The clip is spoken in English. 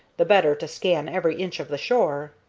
the better to scan every inch of the shore.